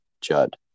Judd